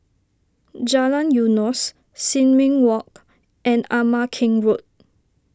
Jalan Eunos Sin Ming Walk and Ama Keng Road